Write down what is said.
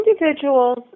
individuals